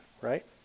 right